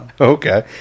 Okay